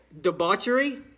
debauchery